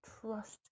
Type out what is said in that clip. Trust